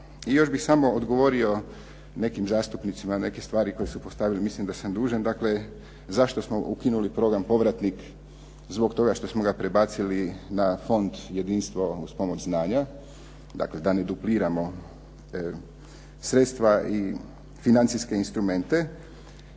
Još bih samo odgovorio nekim zastupnicima neke stvari koje su postavili, mislim da sam dužan. Dakle, zašto smo ukinuli program "Povratnik"? Zbog toga što smo ga prebacili na Fond jedinstvo uz pomoć znanja. Dakle, da ne dupliramo sredstva i financijske instrumente.